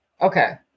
Okay